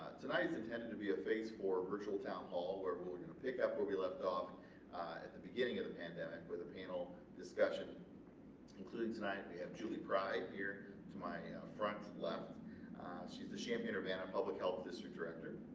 tonight it's intended to be a phase four virtual town hall where we're gonna pick up where we left off at the beginning of the pandemic with a panel discussion including tonight we have julie pryde here to my front left she's the champaign-urbana public health district director.